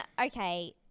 Okay